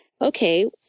okay